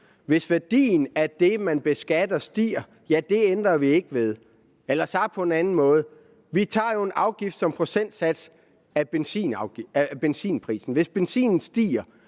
Hvis værdien af det, man beskatter, stiger, ændrer vi ikke satsen. Eller sagt på en anden måde: Vi opkræver jo en afgift ved at tage en procentsats af benzinprisen. Hvis benzinprisen